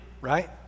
right